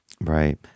Right